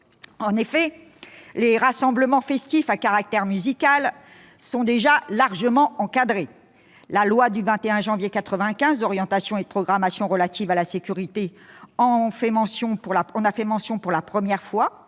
En effet, les « rassemblements festifs à caractère musical » sont déjà largement encadrés. La loi du 21 janvier 1995 d'orientation et de programmation relative à la sécurité en a fait mention pour la première fois,